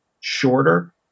shorter